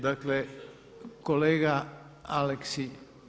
Dakle, kolega Aleksić.